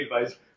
advice